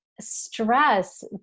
stress